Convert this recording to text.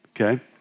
Okay